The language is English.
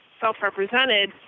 self-represented